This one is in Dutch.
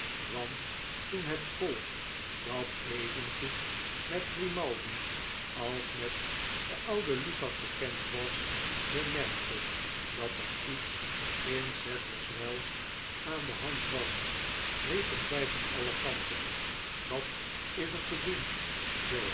want toen het volk dat evengoed met grimaldi als met den ouden lukas bekend was bemerkte dat er iets in sadlers wells aan de hand was riepen zij van alle kanten wat